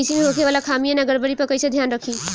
कृषि में होखे वाला खामियन या गड़बड़ी पर कइसे ध्यान रखि?